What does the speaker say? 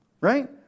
Right